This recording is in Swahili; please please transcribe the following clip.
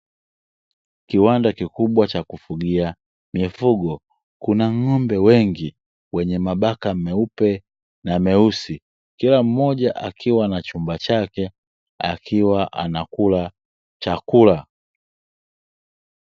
Kiwanda kikubwa cha kufugia mifugo. Kuna ng'ombe wengi wenye mabaka meupe na meusi, kila mmoja akiwa na chumba chake, akiwa anakula chakula.